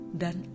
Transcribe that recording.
dan